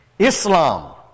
Islam